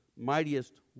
mightiest